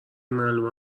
معلومه